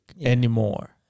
anymore